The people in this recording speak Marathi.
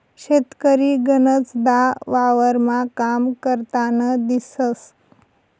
शेतकरी गनचदा वावरमा काम करतान दिसंस